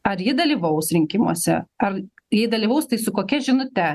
ar ji dalyvaus rinkimuose ar jei dalyvaus tai su kokia žinute